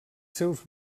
seus